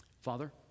Father